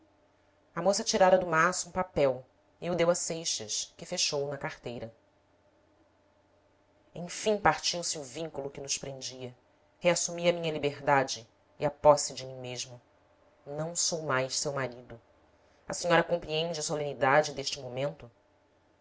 a moça tirara do maço um papel e o deu a seixas que fechou o na carteira enfim partiu-se o vínculo que nos prendia reassumi a minha liberdade e a posse de mim mesmo não sou mais seu marido a senhora compreende a solenidade deste momento